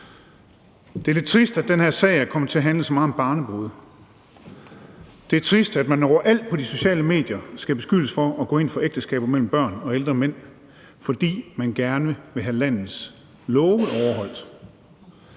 Det er lidt trist, at den her sag er kommet til at handle så meget om barnebrude; det er trist, at man overalt på de sociale medier skal beskyldes for at gå ind for ægteskaber mellem børn og ældre mænd, fordi man gerne vil have landets love overholdt.